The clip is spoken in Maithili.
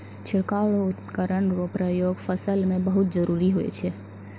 छिड़काव रो उपकरण रो प्रयोग फसल मे बहुत जरुरी हुवै छै